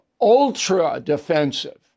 ultra-defensive